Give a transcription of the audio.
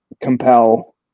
compel